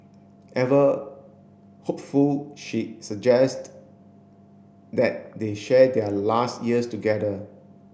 ever hopeful she suggest that they share their last years together